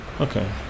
Okay